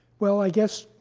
well, i guess